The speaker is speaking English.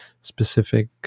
specific